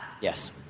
Yes